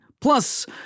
Plus